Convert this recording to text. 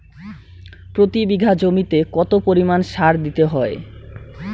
প্রতি বিঘা জমিতে কত পরিমাণ সার দিতে হয়?